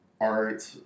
art